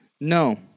No